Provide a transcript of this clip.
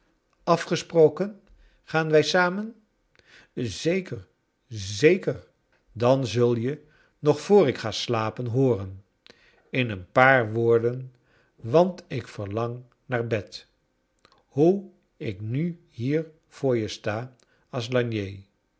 afgesproken gaan wij samen zeker zeker dan zul je nog voor ik ga slapen ho or en in een paar wo or den want ik verlang naar bed hoe ik nu hier voor je sta